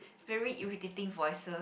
very irritating voices